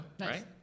right